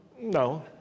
No